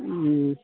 ம்